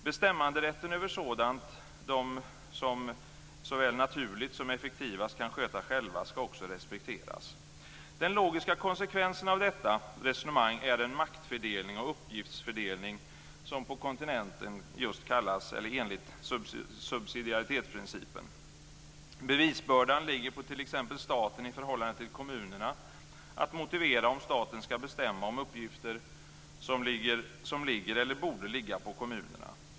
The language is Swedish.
Bestämmanderätten över sådant de såväl naturligt som effektivast kan sköta själva ska också respekteras. Den logiska konsekvensen av detta resonemang är en makt och uppgiftsfördelning enligt det som på kontinenten kallas just subsidiaritetsprincipen. Bevisbördan ligger t.ex. på staten i förhållande till kommunerna för att motivera om staten ska bestämma om uppgifter som ligger eller borde ligga på kommunerna.